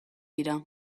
dira